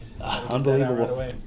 unbelievable